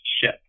ship